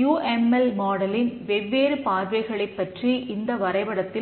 you M L மாடலின் வரைபடத்தை